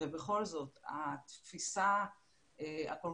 ובכל זאת התפיסה הכול